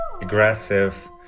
aggressive